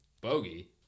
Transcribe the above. Bogey